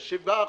ב-7%,